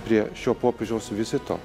prie šio popiežiaus vizito